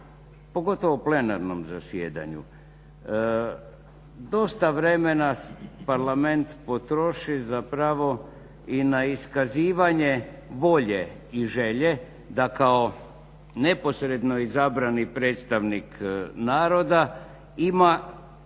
pogotovo plenarnom zasjedanju dosta vremena parlament potroši i na iskazivanje volje i želje da kao neposredno izabrani predstavnik naroda ima